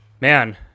man